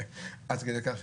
עד כדי כך,